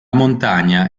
montagna